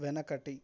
వెనకటి